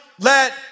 let